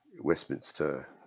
Westminster